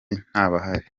ntabahari